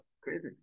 crazy